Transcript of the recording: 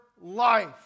life